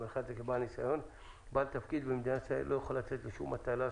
בעל תפקיד במדינת ישראל לא יכול לצאת לשום מטלה,